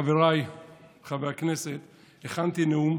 חבריי חברי הכנסת, הכנתי נאום.